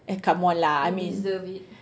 eh come on lah I mean